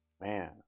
man